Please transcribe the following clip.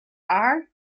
are